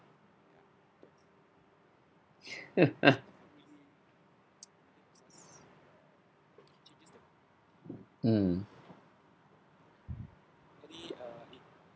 mm